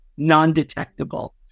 non-detectable